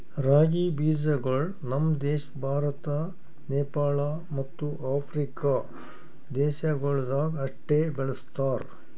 ರಾಗಿ ಬೀಜಗೊಳ್ ನಮ್ ದೇಶ ಭಾರತ, ನೇಪಾಳ ಮತ್ತ ಆಫ್ರಿಕಾ ದೇಶಗೊಳ್ದಾಗ್ ಅಷ್ಟೆ ಬೆಳುಸ್ತಾರ್